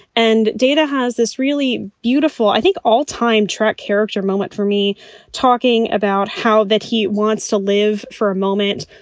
and data has this really beautiful, i think all time trek character moment for me talking about how that he wants to live for a moment,